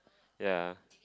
ya